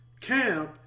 camp